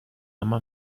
اما